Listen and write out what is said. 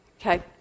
Okay